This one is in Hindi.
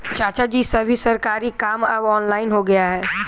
चाचाजी, सभी सरकारी काम अब ऑनलाइन हो गया है